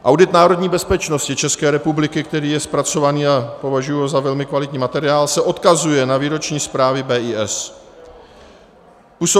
Audit národní bezpečnosti České republiky, který je zpracován, a považuji ho za velmi kvalitní materiál, se odkazuje na výroční zprávy BIS.